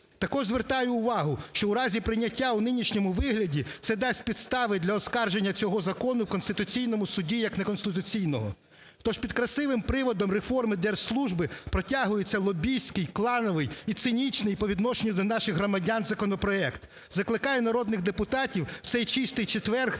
Також звертаю увагу, що у разі прийняття у нинішньому вигляді це дасть підстави для оскарження цього закону в Конституційному Суді як неконституційного. Тож під красивим приводом реформи держслужби протягується лобістський, клановий і цинічний по відношенню до наших громадян законопроект. Закликаю народних депутатів в цей Чистий четвер